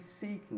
seeking